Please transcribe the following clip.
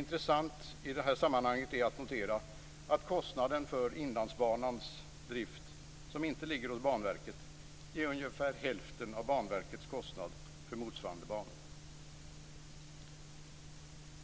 Intressant i det här sammanhanget är att notera att kostnaden för Inlandsbanans drift, som inte ligger hos Banverket, är ungefär hälften av Banverkets kostnad för motsvarande banor.